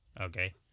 okay